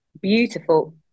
Beautiful